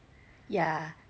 yeah